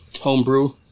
homebrew